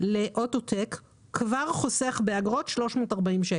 לאוטו-טק כבר חוסך באגרות 340 שקלים.